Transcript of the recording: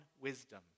wisdom